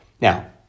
Now